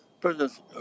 president